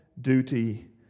duty